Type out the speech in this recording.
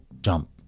jump